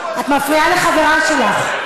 את מפריעה לחברה שלך,